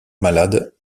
malade